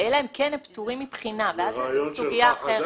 אלא אם כן הם פטורים מבחינה ואז זאת סוגיה אחרת.